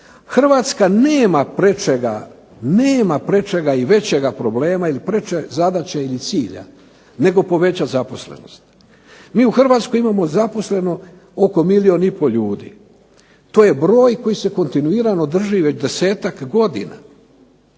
Hrvatska nema prečega i većega problema ili preče zadaće ili cilja nego povećati zaposlenost. Mi u Hrvatskoj imamo zaposleno oko milijun i pol ljudi. To je broj koji se kontinuirano drži već 10-ak godina.